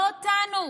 לא אותנו,